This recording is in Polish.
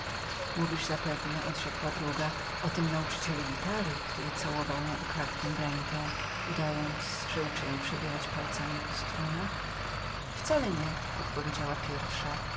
mówisz zapewne odrzekła druga o tym nauczycielu gitary który całował ją ukradkiem w rękę udając że uczy ją jak przerabiać palcami po strunach wcale nie odpowiedziała pierwsza